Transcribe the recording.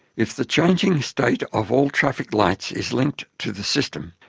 if the changing state of all traffic lights is linked to the system,